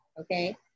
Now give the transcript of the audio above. okay